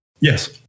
Yes